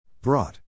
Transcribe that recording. Brought